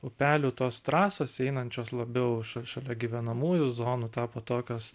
upelių tos trasos einančios labiau ša šalia gyvenamųjų zonų tapo tokios